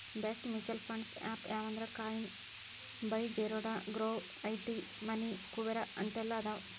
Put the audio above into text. best mutual fund apps ಯಾವಂದ್ರಾ Coin by Zerodha Groww ET Money Kuvera ಅಂತೆಲ್ಲಾ ಅದಾವ